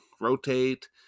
rotate